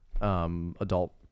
adult